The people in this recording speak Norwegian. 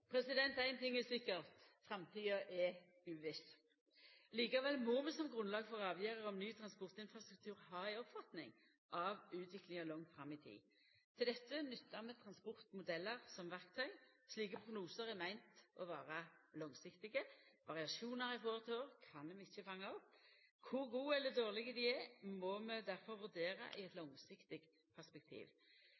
ting er sikker: Framtida er uviss. Likevel må vi som grunnlag for avgjerder om ny transportinfrastruktur ha ei oppfatning av utviklinga langt fram i tid. Til dette nyttar vi transportmodellar som verktøy. Slike prognosar er meinte å vera langsiktige. Variasjonar frå år til år kan vi ikkje fanga opp. Kor gode eller dårlege dei er, må vi difor vurdera i